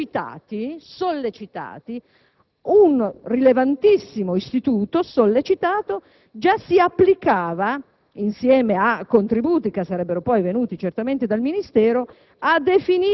intendo dire che un rilevante istituto, sollecitato, già si applicava, insieme ai contributi che sarebbero poi venuti certamente dal Ministero,